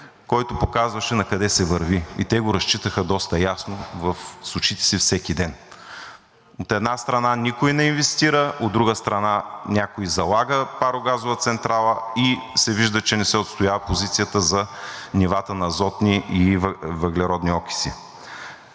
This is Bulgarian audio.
който показваше накъде се върви, и те с очите си го разчитаха доста ясно всеки ден. От една страна, никой не инвестира, от друга страна, някой залага парогазова централа и се вижда, че не се отстоява позицията за нивата на азотни и въглеродни окиси.